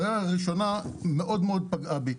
ההערה הראשונה מאוד-מאוד פגעה בי: